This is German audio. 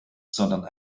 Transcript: sondern